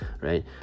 right